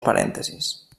parèntesis